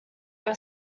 were